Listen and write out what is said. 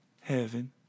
Heaven